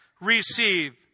receive